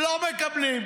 לא מקבלים.